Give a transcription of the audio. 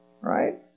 right